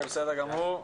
בסדר גמור.